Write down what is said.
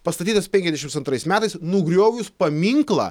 pastatytas penkiasdešimts antrais metais nugriovus paminklą